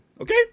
Okay